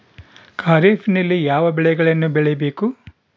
ಖಾರೇಫ್ ನಲ್ಲಿ ಯಾವ ಬೆಳೆಗಳನ್ನು ಬೆಳಿಬೇಕು?